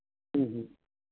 ᱦᱩᱸ ᱦᱩᱸ